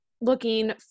looking